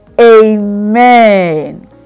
Amen